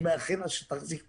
אני מאחל לה שתחזיק מעמד,